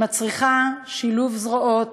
שמצריכה שילוב זרועות,